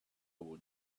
will